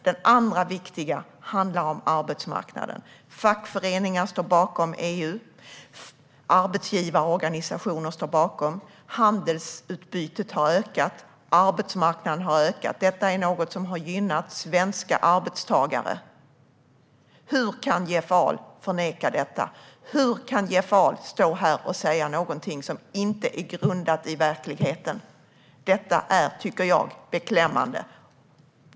Den andra viktiga grunden handlar om arbetsmarknaden. Fackföreningar står bakom EU. Arbetsgivarorganisationer står bakom EU. Handelsutbytet har ökat, och arbetsmarknaden har växt. Detta är något som har gynnat svenska arbetstagare. Hur kan Jeff Ahl förneka det? Hur kan Jeff Ahl stå här och säga något som inte är grundat i verkligheten? Det tycker jag är beklämmande.